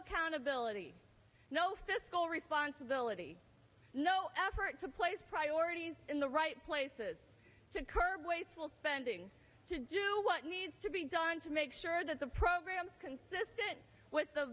accountability no fiscal responsibility no effort to place priorities in the right places to curb wasteful spending to do what needs to be done to make sure that the program consistent with the